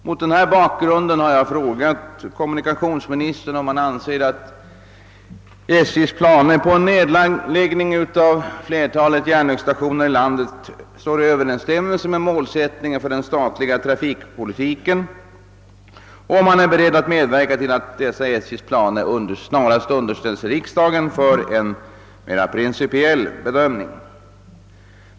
Mot denna bakgrund har jag frågat kommunikationsministern om han anser att SJ:s planer på en nedläggning av flertalet järnvägsstationer i landet står i överensstämmelse med målsättningen för den statliga trafikpolitiken och om han är beredd att medverka till att dessa SJ:s planer snarast underställs riksdagen för en mer principiell bedömning.